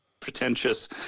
pretentious